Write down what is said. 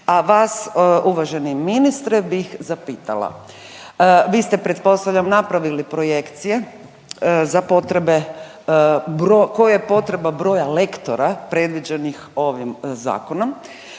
A vas uvaženi ministre bih zapitala, vi ste pretpostavljam napravili projekcije za potrebe koja je potreba broja lektora predviđenih ovih zakonom.